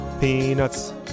peanuts